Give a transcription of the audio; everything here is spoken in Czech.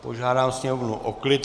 Požádám sněmovnu o klid.